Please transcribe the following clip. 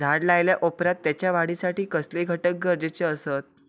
झाड लायल्या ओप्रात त्याच्या वाढीसाठी कसले घटक गरजेचे असत?